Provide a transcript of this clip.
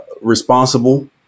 responsible